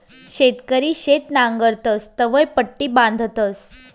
शेतकरी शेत नांगरतस तवंय पट्टी बांधतस